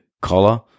collar